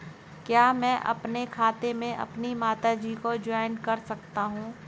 क्या मैं अपने खाते में अपनी माता जी को जॉइंट कर सकता हूँ?